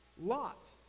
lot